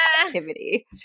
activity